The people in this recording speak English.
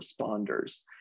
responders